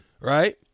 Right